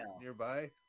nearby